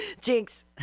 Jinx